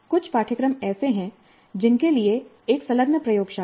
कुछ पाठ्यक्रम ऐसे हैं जिनके लिए एक संलग्न प्रयोगशाला है